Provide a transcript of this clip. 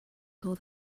saw